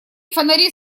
фонари